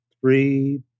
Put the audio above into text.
three